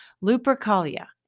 Lupercalia